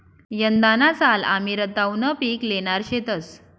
यंदाना साल आमी रताउनं पिक ल्हेणार शेतंस